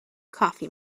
coffee